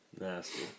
Nasty